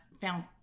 found